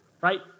right